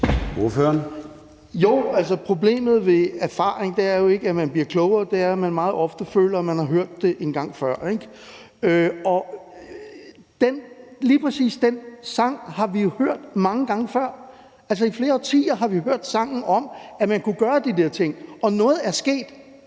(EL): Problemet med erfaring er jo ikke, at man bliver klogere. Det er, at man meget ofte føler, at man har hørt det en gang før, og lige præcis den her sang har vi jo hørt mange gange før. Altså, i flere årtier har vi hørt sangen om, at man kunne gøre de der ting. Noget er der